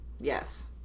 Yes